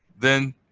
then